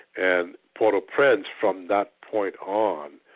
and port au prince, from that point on,